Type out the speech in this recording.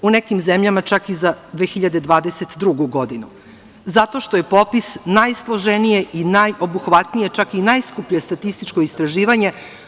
U nekim zemljama čak i za 2022. godinu zato što je popis najsloženije i najobuhvatnije, čak i najskuplje statističko istraživanje.